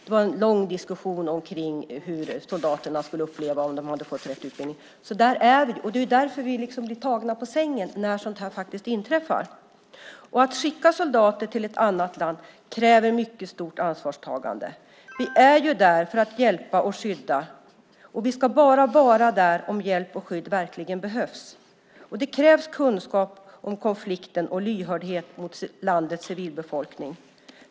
Det var en lång diskussion om hur soldaterna skulle uppleva det och om de hade fått rätt utbildning. Det är därför vi blir tagna på sängen när sådant här inträffar. Att skicka soldater till ett annat land kräver ett mycket stort ansvarstagande. Vi är där för att hjälpa och skydda, och vi ska bara vara där om hjälp och skydd verkligen behövs. Det krävs kunskap om konflikten och lyhördhet mot landets civilbefolkning.